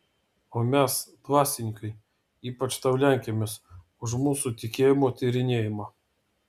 o mes dvasininkai ypač tau lenkiamės už mūsų tikėjimo tyrinėjimą